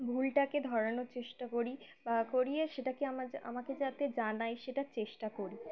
ভুলটাকে ধরানোর চেষ্টা করি বা করিয়ে সেটাকে আমার আমাকে যাতে জানায় সেটার চেষ্টা করি